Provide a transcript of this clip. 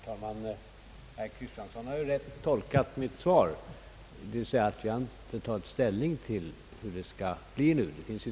Herr talman! Herr Kristiansson har rätt tolkat mitt svar så till vida att jag inte tagit ställning till hur det skall bli.